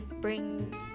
brings